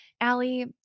Allie